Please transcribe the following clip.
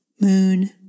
moon